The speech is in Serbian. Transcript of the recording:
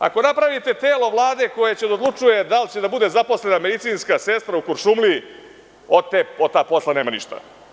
Ako napravite telo Vlade koje će da odlučuje da li će da bude zaposlena medicinska sestra u Kuršumliji, od tog posla nema ništa.